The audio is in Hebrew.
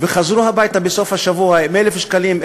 וחזרו הביתה בסוף השבוע עם 1,000 שקלים,